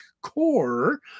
core